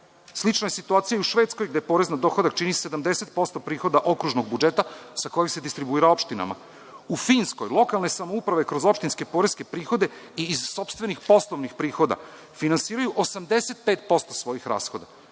Slična je situacija i u Švedskoj gde porez na dohodak čini 70% prihoda okružnog budžeta sa kojim se distribuira opštinama. U Finskoj lokalne samouprave kroz opštinske poreske prihode, iz sopstvenih poslovnih prihoda, finansiraju 85% svojih rashoda.